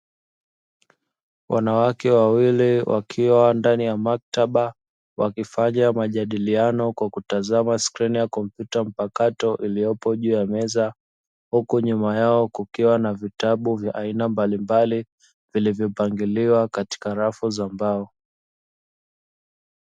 Wanawake wawili wakiwa ndani ya maktaba wakifanya majadiliano kwa kutazama skrini ya kompyuta mpakato iliyopo juu ya meza, huku nyuma yao kukiwa na vitabu vya aina mbalimbali vilivyopangiliwa katika rafu za mbao.